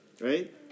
right